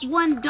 one